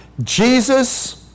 Jesus